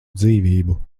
dzīvību